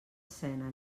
escena